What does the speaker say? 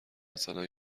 مثلا